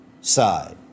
side